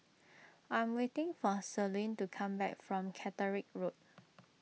I'm waiting for Celine to come back from Caterick Road